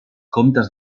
comtes